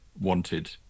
wanted